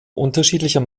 unterschiedlicher